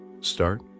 Start